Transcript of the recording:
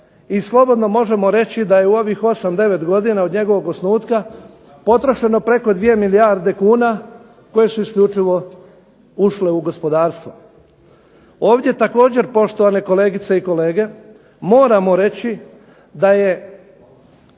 i slobodno možemo reći da je u ovih 8, 9 godina od njegovog osnutka potrošeno preko 2 milijarde kuna koje su isključivo ušle u gospodarstvo. Ovdje također, poštovane kolegice i kolege, moramo reći da je